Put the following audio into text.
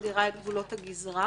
מגדירה את גבולות הגזרה.